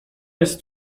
jest